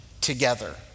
together